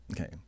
Okay